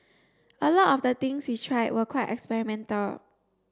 a lot of the things we tried were quite experimental